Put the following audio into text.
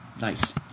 Nice